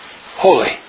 holy